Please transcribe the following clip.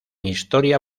historia